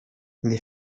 les